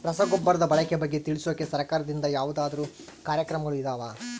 ರಸಗೊಬ್ಬರದ ಬಳಕೆ ಬಗ್ಗೆ ತಿಳಿಸೊಕೆ ಸರಕಾರದಿಂದ ಯಾವದಾದ್ರು ಕಾರ್ಯಕ್ರಮಗಳು ಇದಾವ?